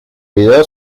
video